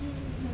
mm mm mm